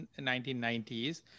1990s